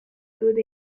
good